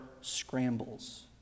scrambles